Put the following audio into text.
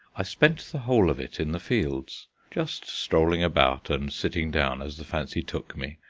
i spent the whole of it in the fields just strolling about and sitting down, as the fancy took me,